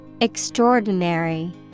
Extraordinary